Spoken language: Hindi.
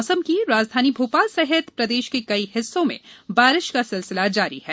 मौसम बारिश राजधानी भोपाल सहित प्रदेश के कई हिस्सों में बारिश का सिलसिला जारी है